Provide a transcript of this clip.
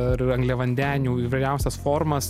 ir angliavandenių įvairiausias formas